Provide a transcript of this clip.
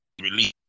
release